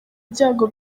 ibyago